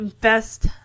best